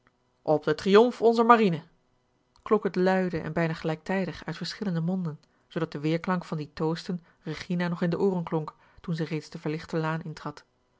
op den triomf onzer marine klonk het luide en bijna gelijktijdig uit verschillende monden zoodat de weerklank van die toosten regina nog in de ooren klonk toen ze reeds de verlichte laan